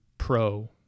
pro